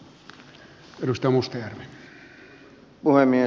arvoisa puhemies